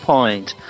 Point